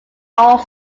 art